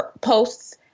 posts